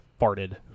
farted